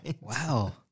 Wow